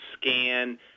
scan